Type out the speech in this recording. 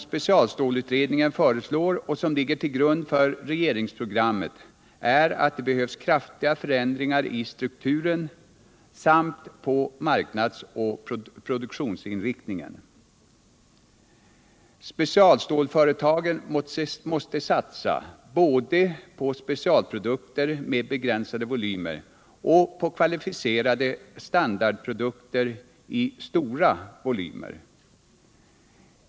Specialstålutredningens förslag, som ligger till grund för regeringsprogrammet, innebär att det behövs kraftiga förändringar i strukturen samt i marknadsoch produktionsinriktningen. Specialstålföretagen måste satsa på både specialprodukter med begränsade volymer och kvalificerade standardprodukter i stora volymer.